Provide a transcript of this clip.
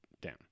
down